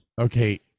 okay